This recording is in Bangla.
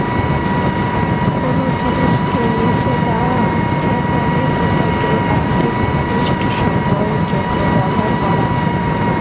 কোনো জিনিসকে লিসে দেওয়া হচ্ছে মানে সেটাকে একটি নির্দিষ্ট সময়ের জন্য ব্যবহার করা